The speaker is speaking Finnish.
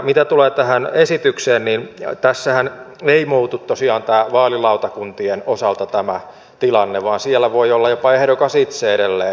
mitä tulee tähän esitykseen niin tässähän ei muutu tosiaan vaalilautakuntien osalta tämä tilanne vaan siellä voi olla jopa ehdokas itse edelleen